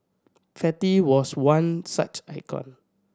fatty was one such icon